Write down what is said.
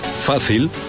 Fácil